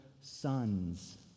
sons